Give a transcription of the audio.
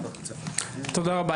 תודה רבה.